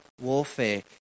warfare